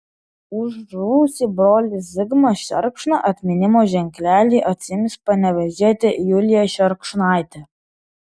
už žuvusį brolį zigmą šerkšną atminimo ženklelį atsiims panevėžietė julija šerkšnaitė